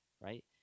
right